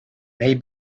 may